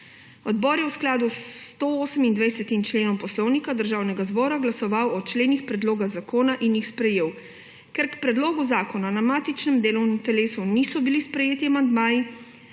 Odbor je v skladu s 128. členom Poslovnika Državnega zbora glasoval o členih predloga zakona in jih sprejel. Ker k predlogu zakona na matičnem delovnem telesu niso bili sprejeti amandmaji,